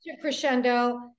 Crescendo